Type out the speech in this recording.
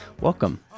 Welcome